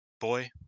boy